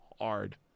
Hard